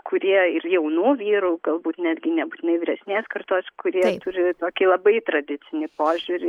kurie ir jaunų vyrų galbūt netgi nebūtinai vyresnės kartos kurie turi tokį labai tradicinį požiūrį